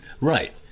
Right